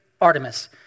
Artemis